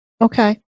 okay